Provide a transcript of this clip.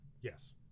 Yes